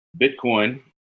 bitcoin